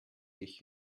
ich